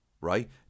right